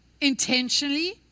intentionally